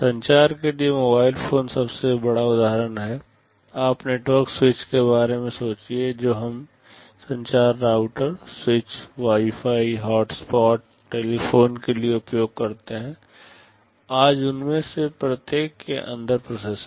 संचार के लिए मोबाइल फोन सबसे बड़ा उदाहरण है आप नेटवर्क स्विच के बारे में सोचिये जो हम संचार router switch wifi hotspots telephone के लिए उपयोग करते हैं आज उनमें से प्रत्येक के अंदर प्रोसेसर हैं